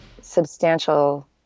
substantial